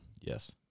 Yes